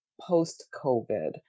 post-COVID